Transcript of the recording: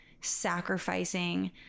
sacrificing